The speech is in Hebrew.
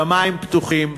שמים פתוחים,